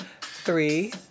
three